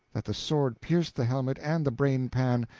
that the sword pierced the helmet and the brain-pan,